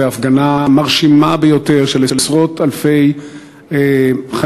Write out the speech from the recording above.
בהפגנה מרשימה ביותר של עשרות אלפי חניכים